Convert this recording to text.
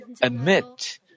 admit